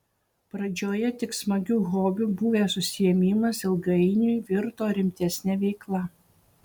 pradžioje tik smagiu hobiu buvęs užsiėmimas ilgainiui virto rimtesne veikla